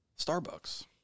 Starbucks